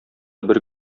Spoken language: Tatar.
бер